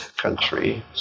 country